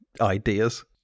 ideas